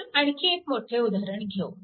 तर आणखी एक मोठे उदाहरण घेऊ